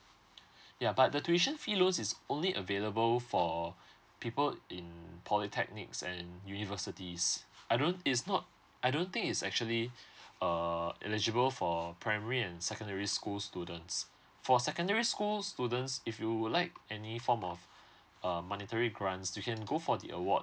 ya but the tuition fee loans is only available for people in polytechnics and universities I don't it's not I don't think is actually err eligible for primary and secondary school students for secondary school students if you would like any form of uh monetary grants you can go for the awards